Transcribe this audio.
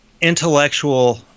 intellectual